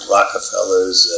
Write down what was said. Rockefellers